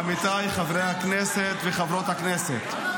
עמיתיי חברי הכנסת וחברות הכנסת,